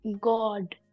God